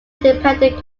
independent